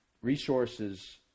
resources